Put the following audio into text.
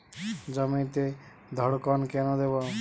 জমিতে ধড়কন কেন দেবো?